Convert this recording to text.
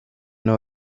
know